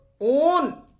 own